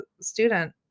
student